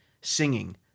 Singing